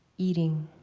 eating.